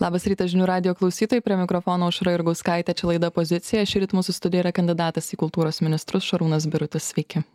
labas rytas žinių radijo klausytojai prie mikrofono aušra jurgauskaitė čia laida pozicija šįryt mūsų studijoj yra kandidatas į kultūros ministrus šarūnas birutis sveiki